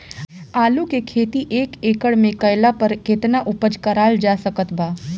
आलू के खेती एक एकड़ मे कैला पर केतना उपज कराल जा सकत बा?